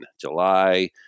July